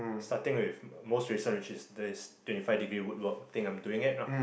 starting with most recent which is this twenty five degree woodwork thing I'm doing at lah